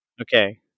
Okay